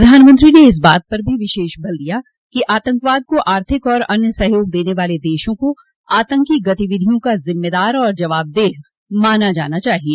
प्रधानमंत्री ने इस बात पर भी विशष बल दिया कि आतंकवाद को आर्थिक और अन्य सहयोग देने वाले देशों को आतंकी गतिविधियों का जिम्मेदार और जवाबदेह माना जाना चाहिए